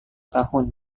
tahun